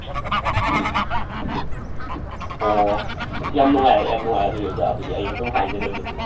ꯑꯣ ꯌꯥꯝ ꯅꯨꯡꯉꯥꯏꯔꯦ ꯌꯥꯝ ꯅꯨꯡꯉꯥꯏꯔꯦ ꯑꯗꯨꯗꯤ ꯑꯣꯖꯥ ꯑꯗꯨꯗꯤ ꯑꯩ ꯑꯗꯨꯝ ꯍꯥꯏꯖꯈ꯭ꯔꯒꯦ ꯑꯗꯨꯗꯤ